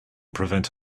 prevent